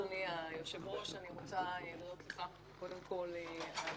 אדוני היושב-ראש, אני רוצה להודות לך קודם כול על